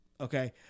Okay